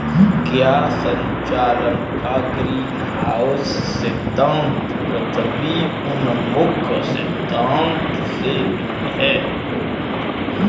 क्या संचालन का ग्रीनहाउस सिद्धांत पृथ्वी उन्मुख सिद्धांत से भिन्न है?